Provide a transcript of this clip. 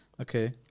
Okay